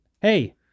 Hey